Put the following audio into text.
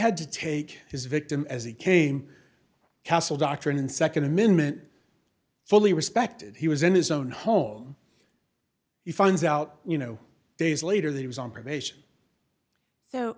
had to take his victim as he came castle doctrine and nd amendment fully respected he was in his own home he finds out you know days later that he was on